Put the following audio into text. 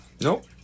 Nope